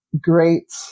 great